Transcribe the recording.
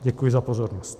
Děkuji za pozornost.